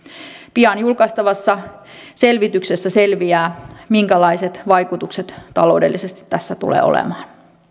pian julkaistavassa selvityksessä selviää minkälaiset vaikutukset taloudellisesti tällä tulee olemaan